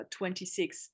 26